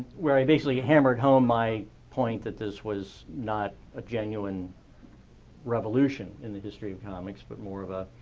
where i basically hammered home my point that this was not a genuine revolution in the history of comics but more of a,